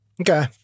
Okay